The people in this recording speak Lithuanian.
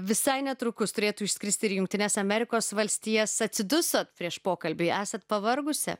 visai netrukus turėtų išskrist ir į jungtines amerikos valstijas atsidusot prieš pokalbį esat pavargusi